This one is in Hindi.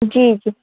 जी जी